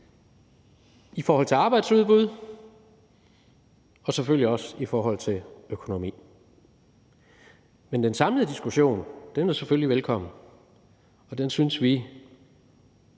i forhold til arbejdsudbud og selvfølgelig også i forhold til økonomi. Men den samlede diskussion er selvfølgelig velkommen, og den synes vi